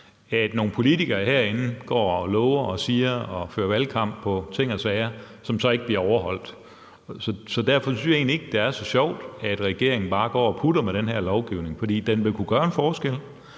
at nogle politikere herinde går og siger og lover og fører valgkamp om ting og sager, som så ikke bliver overholdt. Så derfor synes jeg egentlig ikke, det er så sjovt, at regeringen bare går og putter med den her lovgivning. For den vil kunne gøre en forskel,